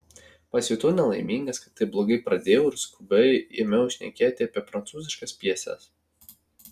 pasijutau nelaimingas kad taip blogai pradėjau ir skubiai ėmiau šnekėti apie prancūziškas pjeses